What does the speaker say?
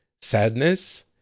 sadness